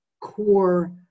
core